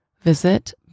Visit